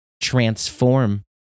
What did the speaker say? transform